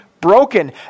broken